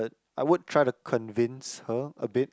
I would try to convince her a bit